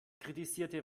kritisierte